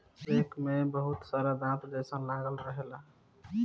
rake में बहुत सारा दांत जइसन लागल रहेला